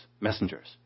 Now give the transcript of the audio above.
messengers